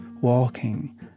walking